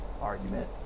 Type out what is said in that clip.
argument